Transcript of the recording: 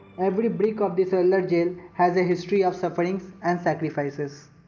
every brick of the cellular jail has a history of sufferings and sacrifices.